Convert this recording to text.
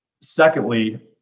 Secondly